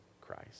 Christ